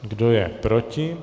Kdo je proti?